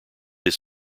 his